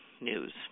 news